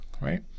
right